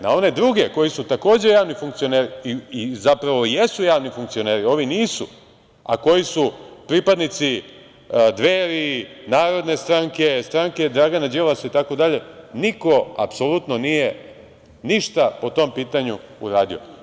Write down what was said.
Na one druge, koji su, takođe, javni funkcioneri i zapravo jesu javni funkcioneri, ovi nisu, a koji su pripadnici Dveri, Narodne stranke, stranke Dragana Đilasa itd, niko apsolutno nije ništa po tom pitanju uradio.